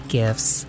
gifts